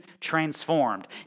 transformed